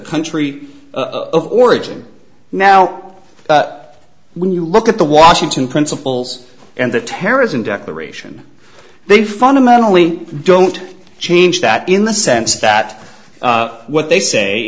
country of origin now when you look at the washington principles and the terrorism declaration they fundamentally don't change that in the sense that what they say